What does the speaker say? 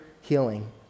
healing